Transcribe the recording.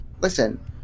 Listen